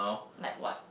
like what